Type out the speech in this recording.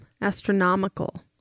Astronomical